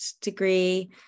degree